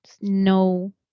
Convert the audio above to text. No